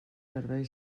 servei